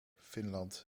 finland